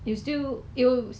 I find it very